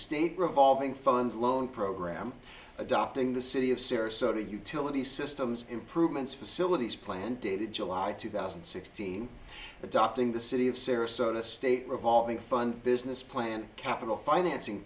revolving fund loan program adopting the city of sarasota utility systems improvements facilities plan dated july two thousand and sixteen adopting the city of sarasota state revolving fund business plan capital financing